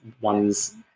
one's